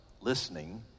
listening